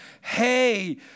hey